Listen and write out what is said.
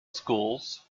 schools